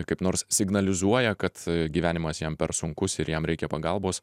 kaip nors signalizuoja kad gyvenimas jam per sunkus ir jam reikia pagalbos